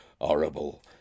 horrible